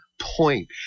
point